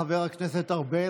חבר הכנסת ארבל.